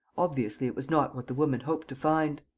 obviously, it was not what the woman hoped to find.